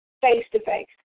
face-to-face